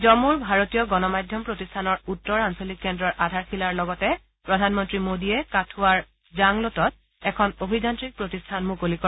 জম্মুৰ ভাৰতীয় গণমাধ্যম প্ৰতিষ্ঠানৰ উত্তৰ আঞ্চলিক কেন্দ্ৰৰ আধাৰশিলাৰ লগতে প্ৰধানমন্ত্ৰী মোডীয়ে কাথুৱাৰ জাংলটত এখন অভিযান্ত্ৰিক প্ৰতিষ্ঠান মুকলি কৰে